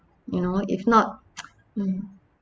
you know if not mm